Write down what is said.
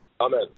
Amen